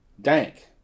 dank